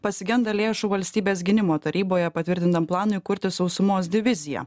pasigenda lėšų valstybės gynimo taryboje patvirtintam planui kurti sausumos diviziją